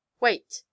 Wait